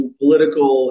political